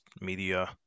media